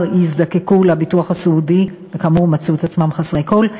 יזדקקו לביטוח הסיעודי וכאמור מצאו את עצמם חסרי כול.